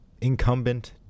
incumbent